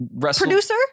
producer